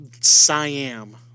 Siam